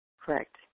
Correct